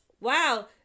wow